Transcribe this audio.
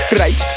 right